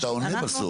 אנחנו מדברים,